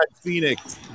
Phoenix